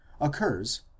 occurs